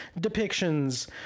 depictions